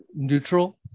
neutral